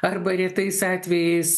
arba retais atvejais